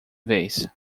vez